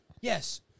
Yes